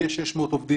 לי יש 600 עובדים,